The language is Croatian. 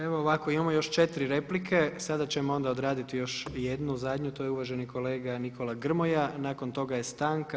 Evo ovako imamo još četiri replike, sada ćemo onda odraditi jednu zadnju, to je uvaženi kolega Nikola Grmoja, a nakon toga je stanka.